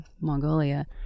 Mongolia